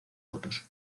votos